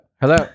Hello